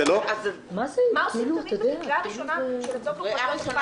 בקריאה ראשונה --- בקריאה ראשונה